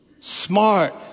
smart